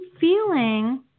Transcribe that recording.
feeling